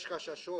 יש חששות,